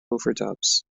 overdubs